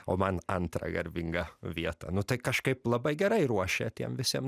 o man antrą garbingą vietą nu tai kažkaip labai gerai ruošia tiem visiem